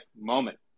moment